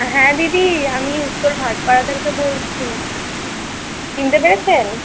হ্যাঁ দিদি আমি উত্তর ভাট পাড়া থেকে বলছি চিনতে পেরেছেন